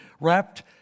wrapped